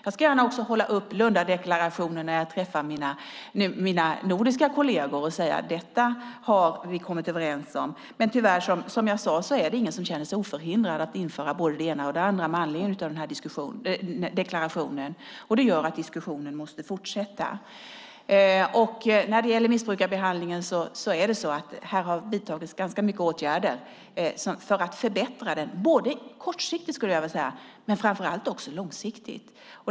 Jag ska gärna hålla upp Lundadeklarationen när jag träffar mina nordiska kolleger och säga: Detta har vi kommit överens om. Tyvärr är det, som jag sade, ingen som känner sig oförhindrad att införa både det ena och det andra med anledning av deklarationen. Det gör att diskussionen måste fortsätta. När det gäller missbrukarbehandlingen har det vidtagits ganska mycket åtgärder för att förbättra den både kortsiktigt, skulle jag vilja säga, och framför allt långsiktigt.